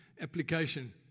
application